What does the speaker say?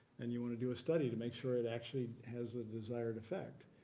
and you want to do a study to make sure it actually has the desired effect.